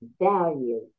value